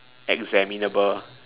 examinable